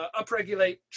upregulate